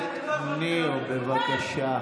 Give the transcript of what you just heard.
חברת הכנסת ניר, בבקשה.